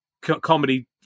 comedy